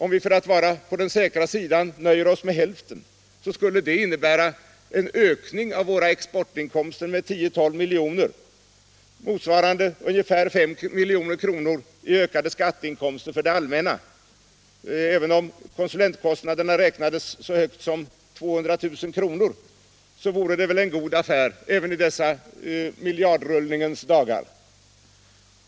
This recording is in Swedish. Om vi för att vara på den säkra sidan nöjer oss med hälften skulle det innebära en ökning av våra exportinkomster med 10-12 milj.kr., motsvarande ungefär 5 milj.kr. i ökade skatteinkomster för det allmänna. Även om konsulentkostnaderna räknades så högt som till 200 000 kr. vore det väl en god affär, också i dessa miljardrullningens dagar.